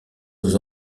nous